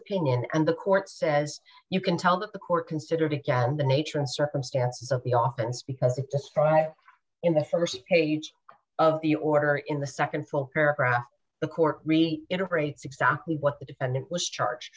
opinion and the court says you can tell that the court considered again the nature and circumstances of the oftens because it's friday in the st page of the order in the nd full paragraph the court really integrates exactly what the defendant was charged